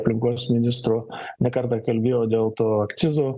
aplinkos ministro ne kartą kalbėjo dėl to akcizo